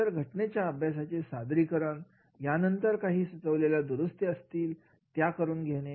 नंतर घटनांच्या अभ्यासाचे सादरीकरण यानंतर नंतर काही सुचवलेल्या दुरुस्ती असतील त्या करून घेणे